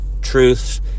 truths